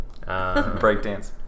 Breakdance